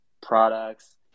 products